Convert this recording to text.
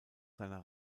seiner